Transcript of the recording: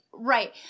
Right